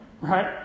Right